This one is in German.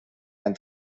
ein